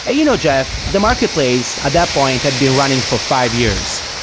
ah you know, jeff, the marketplace at that point had been running for five years.